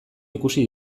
ikusi